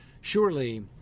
surely